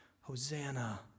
Hosanna